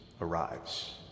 arrives